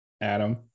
Adam